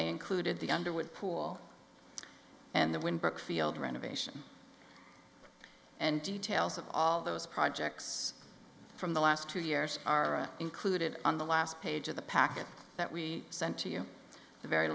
they included the underwood pool and the wind brookfield renovation and details of all those projects from the last two years are included on the last page of the packet that we sent to you the very